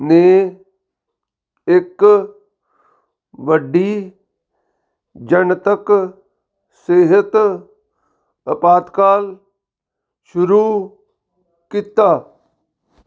ਨੇ ਇੱਕ ਵੱਡੀ ਜਨਤਕ ਸਿਹਤ ਅਪਾਤਕਾਲ ਸ਼ੁਰੂ ਕੀਤਾ